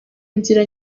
inzira